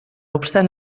obstant